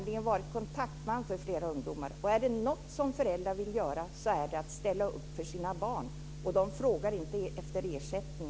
Jag har varit kontaktman för flera ungdomar. Om det är något föräldrar vill göra så är det att ställa upp för sina barn. De frågar inte efter ersättning.